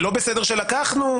זה לא בסדר שלקחנו,